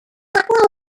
appear